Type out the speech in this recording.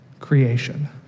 Creation